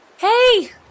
Hey